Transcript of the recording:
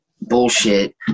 bullshit